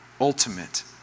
ultimate